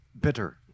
bitter